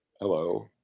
Hello